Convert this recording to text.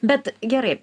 bet gerai